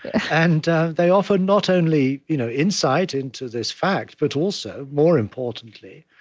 and they offered not only you know insight into this fact, but also, more importantly,